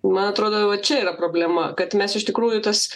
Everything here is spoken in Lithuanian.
man atrodo va čia yra problema kad mes iš tikrųjų tas